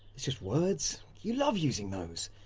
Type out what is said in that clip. it's just words. you love using those,